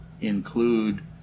include